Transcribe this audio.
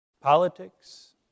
politics